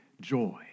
joy